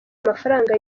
amafaranga